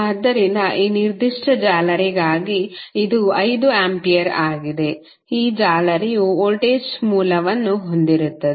ಆದ್ದರಿಂದ ಈ ನಿರ್ದಿಷ್ಟ ಜಾಲರಿಗಾಗಿ ಇದು 5 ಆಂಪಿಯರ್ ಆಗಿದೆ ಈ ಜಾಲರಿಯು ವೋಲ್ಟೇಜ್ ಮೂಲವನ್ನು ಹೊಂದಿರುತ್ತದೆ